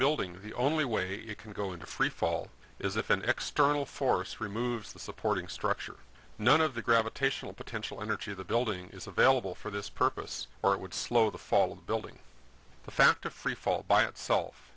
building the only way it can go into freefall is if an external force removes the supporting structure none of the gravitational potential energy of the building is available for this purpose or it would slow the fall of the building the fact of freefall by itself